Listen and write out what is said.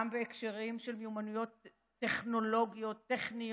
גם בהקשרים של מיומנויות טכנולוגיות, טכניות,